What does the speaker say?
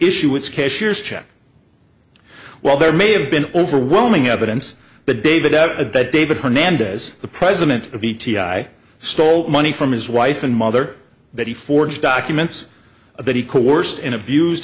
issue its cashier's check well there may have been overwhelming evidence that david at david hernandez the president of e t i stole money from his wife and mother that he forged documents that he coerced and abused